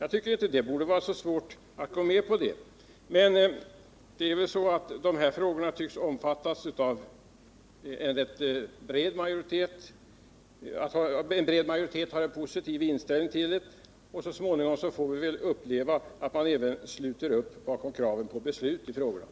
Jag tycker inte det borde vara så svårt att gå med på det. Men det tycks vara så att en bred majoritet har en positiv inställning till denna fråga, och så småningom får vi väl uppleva att man även sluter upp bakom kravet på beslut i frågan.